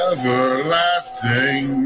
Everlasting